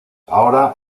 ahora